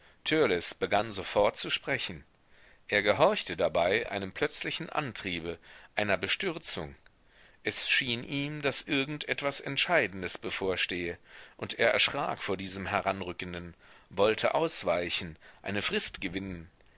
begann sofort zu sprechen er gehorchte dabei einem plötzlichen antriebe einer bestürzung es schien ihm daß irgend etwas entscheidendes bevorstehe und er erschrak vor diesem heranrückenden wollte ausweichen eine frist gewinnen